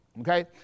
okay